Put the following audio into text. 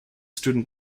student